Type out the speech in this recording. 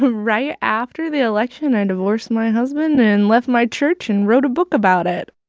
right after the election, i divorced my husband and left my church and wrote a book about it